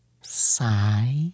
Sigh